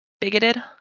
bigoted